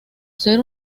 ser